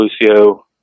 Lucio